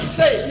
say